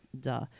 Duh